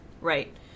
Right